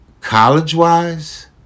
college-wise